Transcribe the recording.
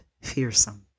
fearsome